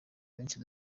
benshi